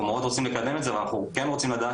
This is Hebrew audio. אנחנו מאוד רוצים לקדם את זה ואנחנו כן רוצים לדעת